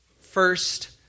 first